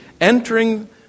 entering